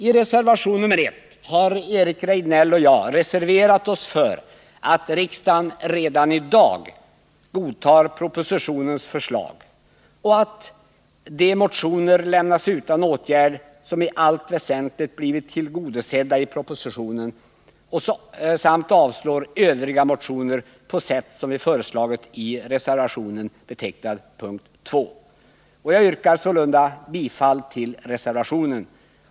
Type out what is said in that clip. I reservationen nr 1 har Eric Rejdnell och jag reserverat oss för att riksdagen redan i dag godtar propositionens förslag och att de motioner lämnas utan åtgärd som i allt väsentligt blivit tillgodosedda i propositionen samt avslår övriga motioner på sätt som vi föreslagit i reservationen under punkten nr 2. Jag yrkar sålunda bifall till reservationen.